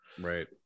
right